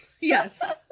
Yes